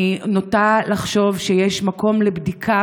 אני נוטה לחשוב שיש מקום לבדיקה,